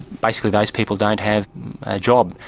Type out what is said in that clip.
basically those people don't have a job.